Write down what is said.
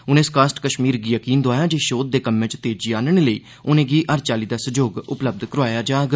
उनें स्कास्ट कश्मीर गी यकीन दोआया जे शोघ दे कम्में च तेजी आह्नने लेई उनें'गी हर चाल्ली दा सैह्योग उपलब्ध करोआया जाग